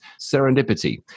serendipity